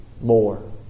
more